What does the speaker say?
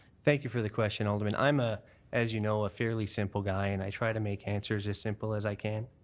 thank you for the question, alderman. i'm ah as you know a fairly simple guy and i try to make answers as simple as i can.